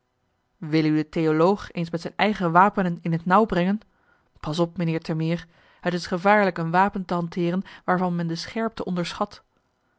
u de theoloog eens met zijn eigen wapenen in het nauw brengen pas op meneer termeer t is gevaarlijk een wapen te hanteeren waarvan men de scherpte onderschat